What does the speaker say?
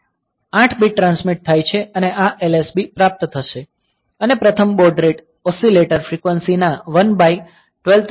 8 bit transmit થાય છે અને આ LSB પ્રાપ્ત થશે અને પ્રથમ બોડ રેટ ઓસીલેટર ફ્રીક્વન્સી ના 1 બાય 12 તરીકે નિશ્ચિત છે